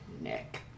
nick